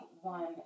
one